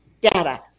data